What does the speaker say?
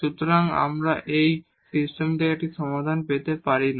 সুতরাং আমরা এই সিস্টেম থেকে একটি সমাধান পেতে পারি না